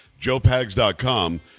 JoePags.com